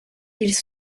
ils